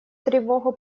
тревогу